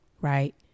right